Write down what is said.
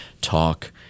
talk